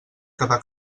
quedar